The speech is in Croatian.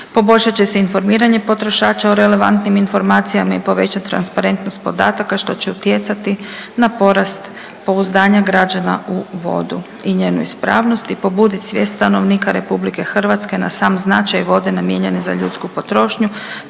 poboljšat će se informiranje potrošača o relevantnim informacijama i povećati transparentnost podataka, što će utjecati na porast pouzdanja građana u vodu i njenu ispravnost i pobudit svijest stanovnika RH na sam značaj vode namijenjene za ljudsku potrošnju